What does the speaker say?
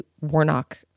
Warnock